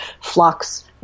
Flocks